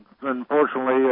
Unfortunately